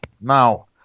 Now